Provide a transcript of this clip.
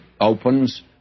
opens